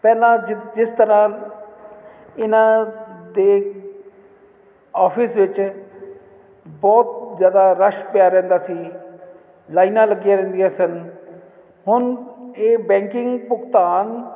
ਪਹਿਲਾਂ ਜਿ ਜਿਸ ਤਰ੍ਹਾਂ ਇਹਨਾਂ ਦੇ ਆਫਿਸ ਵਿੱਚ ਬਹੁਤ ਜ਼ਿਆਦਾ ਰਸ਼ ਪਿਆ ਰਹਿੰਦਾ ਸੀ ਲਾਈਨਾਂ ਲੱਗੀਆਂ ਰਹਿੰਦੀਆਂ ਸਨ ਹੁਣ ਇਹ ਬੈਕਿੰਗ ਭੁਗਤਾਨ